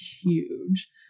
huge